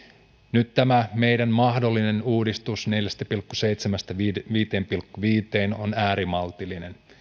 nyt tämä meidän mahdollinen uudistus neljästä pilkku seitsemästä viiteen viiteen pilkku viiteen on äärimaltillinen